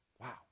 Wow